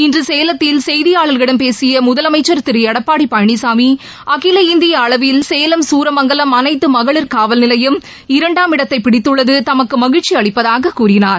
இன்று சேலத்தில் செய்தியாளர்களிடம் பேசிய முதலனமச்சர் திரு எட்பாடி பழனிசாமி அகில இந்திய அளவில் சேலம் குமாரமங்கலம் அனைத்து மகளிர் காவல் நிலையம் இரண்டாம் இடத்தை பிடித்துள்ளது தமக்கு மகிழ்ச்சியளிப்பதாக கூறினார்